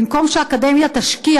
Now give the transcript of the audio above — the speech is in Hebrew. במקום שהאקדמיה תשקיע,